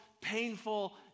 painful